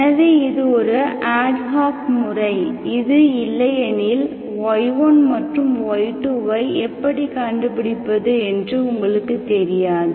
எனவே இது ஒரு ஆட் ஹாக் முறை இது இல்லையெனில் y1 மற்றும் y2ஐஎப்படி கண்டுபிடிப்பது என்று உங்களுக்கு தெரியாது